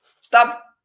Stop